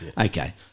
Okay